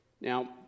Now